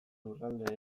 lurraldeek